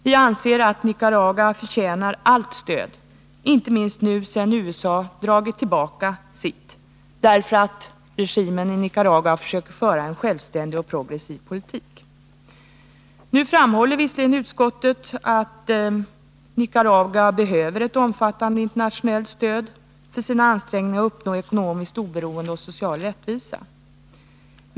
Vi anser att Nicaragua förtjänar allt stöd, inte minst nu sedan USA dragit tillbaka sitt stöd, därför att regimen i Nicaragua försöker föra en självständig och progressiv politik. Utskottet framhåller visserligen att Nicaragua behöver ett omfattande internationellt stöd för sina ansträngningar att uppnå ekonomiskt oberoende och social rättvisa.